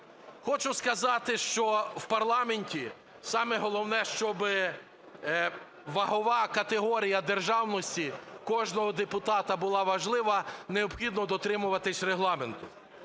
Хочу сказати, що в парламенті саме головне, щоб вагова категорія державності кожного депутата була важлива, необхідно дотримуватися Регламенту.